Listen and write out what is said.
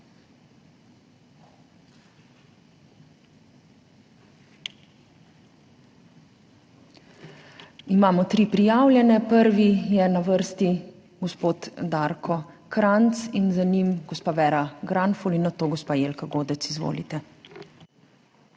Imamo tri prijavljene. Prvi je na vrsti gospod Darko Krajnc in za njim gospa Vera Granfol in nato gospa Jelka Godec. Izvolite.